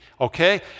Okay